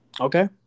okay